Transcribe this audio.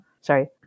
sorry